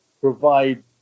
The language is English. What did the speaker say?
provide